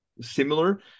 similar